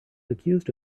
accused